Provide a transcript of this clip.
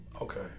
Okay